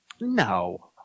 No